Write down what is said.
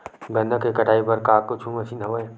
गन्ना के कटाई बर का कुछु मशीन हवय?